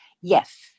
Yes